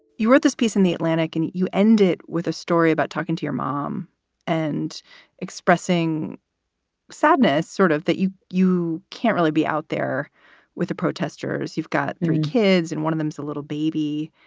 you wrote this piece in the atlantic and you end it with a story about talking to your mom and expressing sadness, sort of that you you can't really be out there with the protesters. you've got three kids and one of them's a little baby.